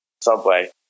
Subway